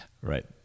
right